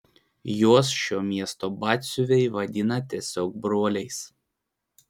juos šio miesto batsiuviai vadina tiesiog broliais